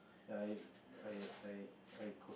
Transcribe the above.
ya If I I I I